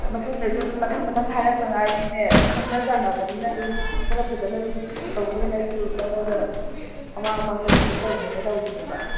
ꯃꯇꯨꯡꯗꯁꯨ ꯑꯗꯨꯝ ꯃꯊꯪ ꯃꯊꯪ ꯍꯥꯏꯔꯛꯅꯉꯥꯏꯒꯤꯅꯦ ꯈꯪꯅ ꯆꯥꯟꯅꯕꯅꯤꯅ ꯑꯗꯨꯝ ꯈꯔ ꯐꯖꯅ ꯑꯗꯨꯝ ꯇꯧꯅꯦꯅ ꯑꯩꯁꯨ ꯅꯉꯣꯟꯗ ꯃꯃꯥꯡ ꯃꯃꯥꯡꯗꯁꯨ ꯑꯗꯨꯝ ꯇꯧꯋꯦꯅ ꯇꯧꯔꯤꯅꯦꯕ